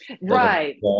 Right